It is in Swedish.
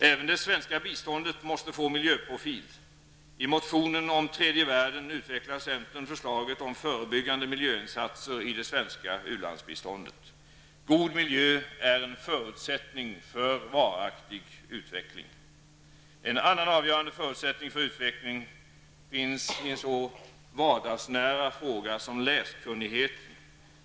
Även det svenska biståndet måste få en miljöprofil. I motionen om tredje världen utvecklar vi i centern vårt förslag om förebyggande miljöinsatser i det svenska u-landsbiståndet. God miljö är en förutsättning för varaktig utveckling. En annan avgörande förutsättning för utveckling gäller en så vardagsnära fråga som den om läskunnigheten.